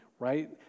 right